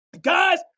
Guys